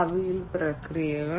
ഭാവിയിൽ പ്രക്രിയകൾ